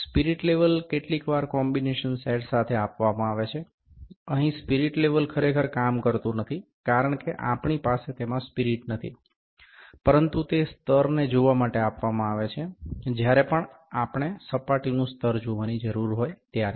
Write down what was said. spirit level કેટલીકવાર combination set સાથે આપવામાં આવે છે અહીં સ્પિરિટ લેવલ ખરેખર કામ કરતું નથી કારણ કે આપણી પાસે તેમાં સ્પિરિટ નથી પરંતુ તે સ્તરને જોવા માટે આપવામાં આવે છે જ્યારે પણ આપણે સપાટીનું સ્તર જોવાની જરૂર હોય ત્યારે